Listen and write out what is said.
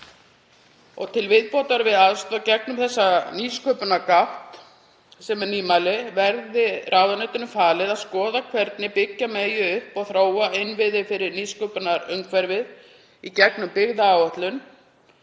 Til viðbótar við aðstoð gegnum nýsköpunargátt, sem er nýmæli, verði ráðuneytinu falið að skoða hvernig byggja megi upp og þróa innviði fyrir nýsköpunarumhverfið gegnum byggðaáætlun.